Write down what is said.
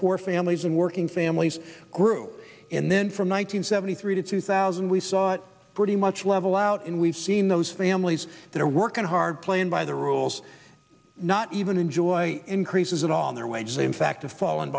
poor families and working families grew and then from one nine hundred seventy three to two thousand we saw pretty much level out and we've seen those families that are working hard playing by the rules not even enjoy increases at all in their wages in fact the fall